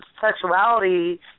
sexuality